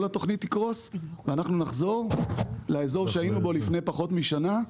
כל התוכנית תקרוס ואנחנו נחזור לאזור שהיינו בו לפני פחות משנה,